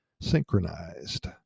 synchronized